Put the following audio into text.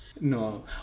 No